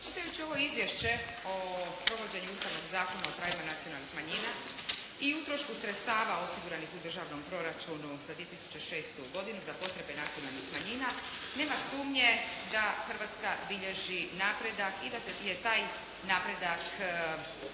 Čitajući ovo Izvješće o provođenju Ustavnog zakona o pravima nacionalnih manjina i utrošku sredstava osiguranih u državnom proračunu za 2006. godinu za potrebe nacionalnih manjina nema sumnje da Hrvatska bilježi napredak i da je taj napredak